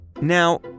Now